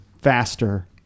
faster